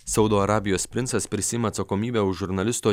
saudo arabijos princas prisiima atsakomybę už žurnalisto